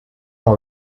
all